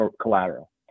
collateral